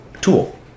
Tool